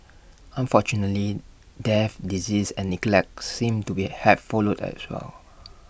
unfortunately death disease and neglect seemed to be have followed as well